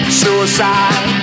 suicide